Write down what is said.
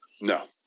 No